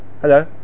Hello